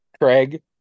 craig